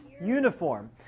uniform